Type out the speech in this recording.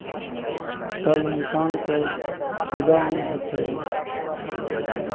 सभ इंसानकेँ फाइदा ही हेतै